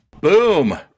Boom